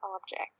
object